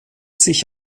sich